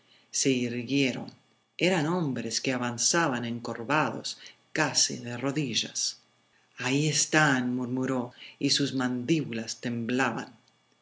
se irguieron eran hombres que avanzaban encorvados casi de rodillas ya están ahí murmuró y sus mandíbulas temblaban